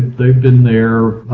they've been there.